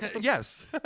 Yes